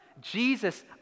Jesus